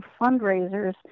fundraisers